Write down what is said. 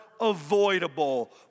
avoidable